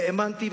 האמנתי,